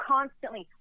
Constantly